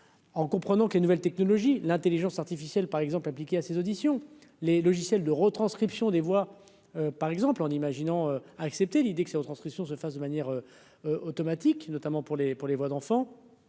en comprenant les nouvelles télé. Logis l'Intelligence artificielle par exemple appliquer à ces auditions, les logiciels de retranscriptions des voix par exemple en imaginant à accepter l'idée que ces retranscriptions se fasse de manière automatique, notamment pour les pour les voix d'enfants.